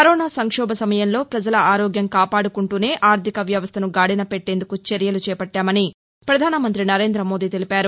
corona సంక్షోభ సమయంలో పజల ఆరోగ్యం కాపాడుకుంటూనే ఆర్దిక వ్యవస్టను గాదిన పెట్టేందుకు చర్యలు చేపట్ణమని ప్రధానమంతి నరేంద మోదీ తెలిపారు